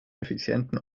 effizienten